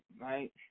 right